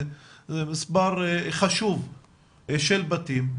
זה מספר חשוב של בתים,